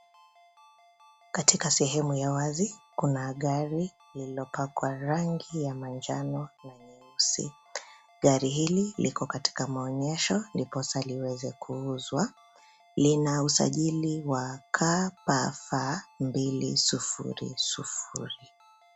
Katika sehemu ya wazi kuna gari lililopakwa rangi ya manjano na nyeusi. Gari hili liko katika maonyesho ndiposa liweze kuuzwa . Linausajili wa KBF 200 .